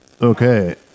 Okay